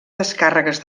descàrregues